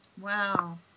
Wow